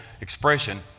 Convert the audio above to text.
expression